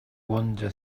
wander